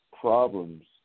problems